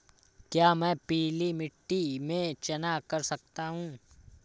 क्या मैं पीली मिट्टी में चना कर सकता हूँ?